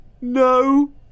No